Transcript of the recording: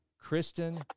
Kristen